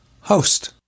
host